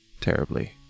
terribly